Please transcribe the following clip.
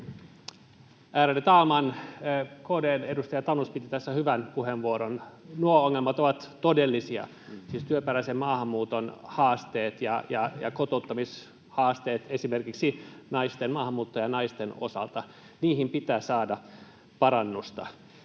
Ärade talman! KD:n edustaja Tanus piti tässä hyvän puheenvuoron. Nuo ongelmat ovat todellisia, siis työperäisen maahanmuuton haasteet ja kotouttamishaasteet esimerkiksi maahanmuuttajanaisten osalta. Niihin pitää saada parannusta.